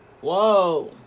Whoa